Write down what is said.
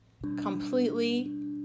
completely